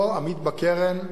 עמית בקרן,